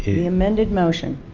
the amended motion.